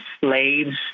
slaves